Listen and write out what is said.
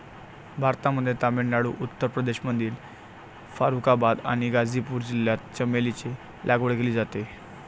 भारतामध्ये तामिळनाडू, उत्तर प्रदेशमधील फारुखाबाद आणि गाझीपूर जिल्ह्यात चमेलीची लागवड केली जाते